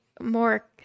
more